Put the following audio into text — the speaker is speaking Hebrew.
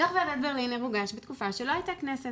דו"ח ועדת ברלינר הוגש בתקופה שלא הייתה כנסת